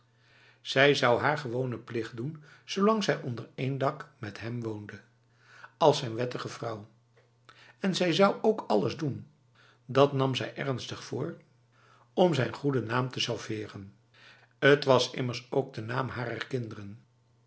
zij zou haar gewone plicht doen zolang zij onder één dak met hem woonde als zijn wettige vrouw en zij zou ook alles doen dat nam zij zich ernstig voor om zijn goede naam te sauveren het was immers ook de naam harer kinderen